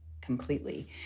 completely